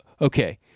okay